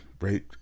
right